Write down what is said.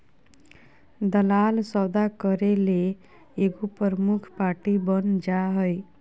दलाल सौदा करे ले एगो प्रमुख पार्टी बन जा हइ